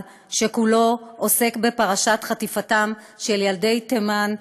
שכולו עוסק בפרשת חטיפתם של ילדי תימן,